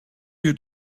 you